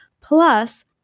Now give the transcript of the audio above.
Plus